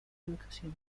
educación